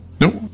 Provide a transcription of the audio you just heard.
Nope